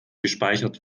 gespeichert